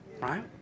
right